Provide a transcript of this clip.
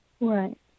Right